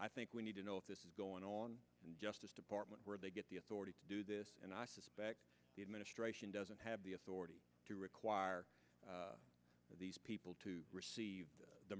i think we need to know if this is going on and justice department where they get the authority to do this and i suspect the administration doesn't have the authority to require these people to receive the